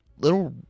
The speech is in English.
little